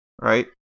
right